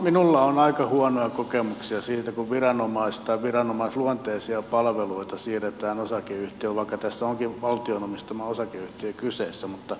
minulla on aika huonoja kokemuksia siitä kun viranomais tai viranomaisluonteisia palveluita siirretään osakeyhtiöön vaikka tässä onkin valtion omistama osakeyhtiö kyseessä